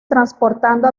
transportando